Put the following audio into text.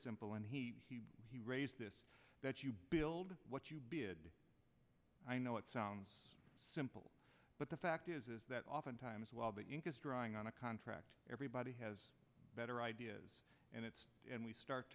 simple and he he raised this that you build what you bid i know it sounds simple but the fact is is that oftentimes while the ink is drawing on a contract everybody has better ideas and it's and we start